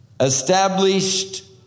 established